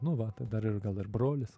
nu vat dar ir gal ir brolis